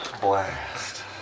blast